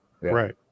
Right